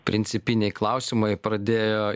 principiniai klausimai pradėjo